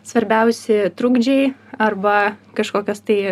svarbiausi trukdžiai arba kažkokios tai